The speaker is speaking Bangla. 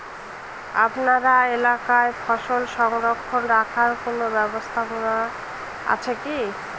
আপনার এলাকায় ফসল সংরক্ষণ রাখার কোন ব্যাবস্থা আছে কি?